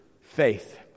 faith